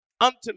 unto